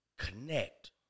connect